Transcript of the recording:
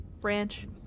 branch